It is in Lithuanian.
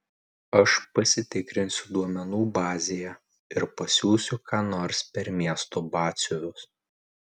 aš pasitikrinsiu duomenų bazėje ir pasiųsiu ką nors per miesto batsiuvius